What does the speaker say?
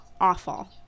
awful